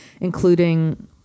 including